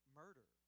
murder